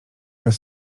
bez